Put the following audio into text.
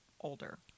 older